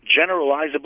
generalizable